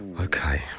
Okay